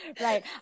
right